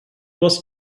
was